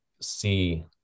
see